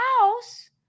House